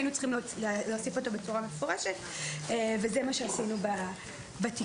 היינו צריכים להוסיף אותו בצורה מפורשת וזה מה שעשינו בתיקון.